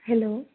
hello